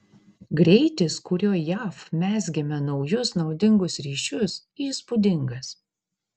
greitis kuriuo jav mezgėme naujus naudingus ryšius įspūdingas